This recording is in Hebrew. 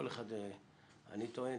אני טוען,